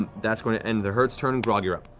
um that's going to end the herd's turn. grog, you're up.